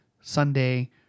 Sunday